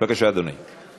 בבקשה, אדוני.